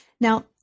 Now